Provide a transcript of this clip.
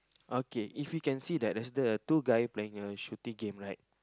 okay if we can see that there's the two guy playing a shooting game right